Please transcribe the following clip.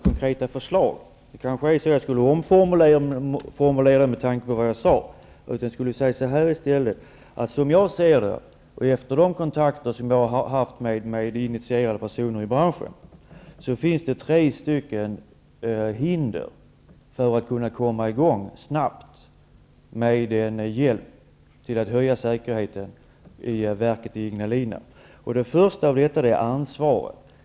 Låt mig omformulera det så här: Efter de kontakter jag har haft med initierade personer i branschen ser jag det så, att det finns tre hinder för att komma i gång snabbt med hjälpen för att höja säkerheten i verket i Ignalina. Det första hindret är ansvaret.